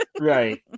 right